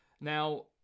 now